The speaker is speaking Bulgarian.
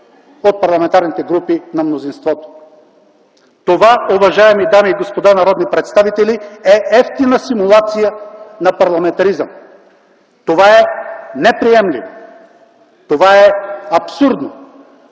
от парламентарните групи на мнозинството. Това, уважаеми дами и господа народни представители, е евтина симулация на парламентаризъм. Това е неприемливо, абсурдно,